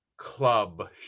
club